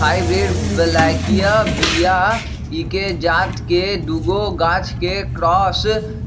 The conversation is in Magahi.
हाइब्रिड बलौकीय बीया एके जात के दुगो गाछ के क्रॉस